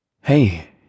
Hey